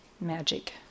Magic